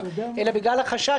000 לייקים,